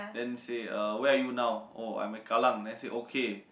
then say uh where are you now oh I'm at Kallang then say okay